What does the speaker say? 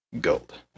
gold